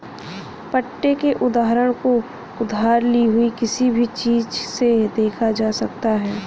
पट्टे के उदाहरण को उधार ली हुई किसी चीज़ से देखा जा सकता है